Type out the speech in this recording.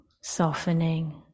softening